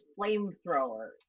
flamethrowers